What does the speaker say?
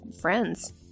friends